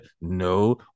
No